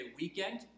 weekend